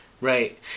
Right